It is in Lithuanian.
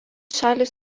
šalys